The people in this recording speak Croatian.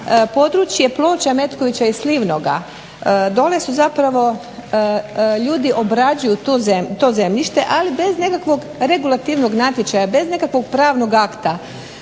područje Ploča, Metkovića i Slivnoga. Dole su zapravo ljudi obrađuju to zemljište, ali bez nekakvog regulativnog natječaja, bez nekakvog pravnog akta.